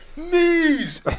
Knees